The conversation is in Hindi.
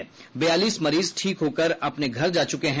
वहीं बयालीस मरीज ठीक होकर अपने घर जा चुके हैं